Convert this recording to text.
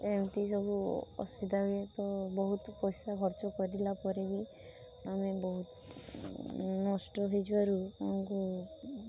ଏମତି ସବୁ ଅସୁବିଧା ହୁଏତ ତ ବହୁତ ପଇସା ଖର୍ଚ୍ଚ କରିଲା ପରେବି ଆମେ ବହୁତ ନଷ୍ଟ ହେଇଯିବାରୁ ଆମକୁ